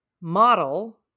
model –